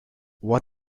what